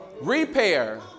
repair